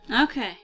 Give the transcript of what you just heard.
Okay